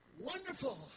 Wonderful